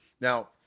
now